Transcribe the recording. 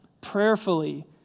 prayerfully